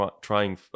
trying